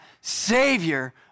Savior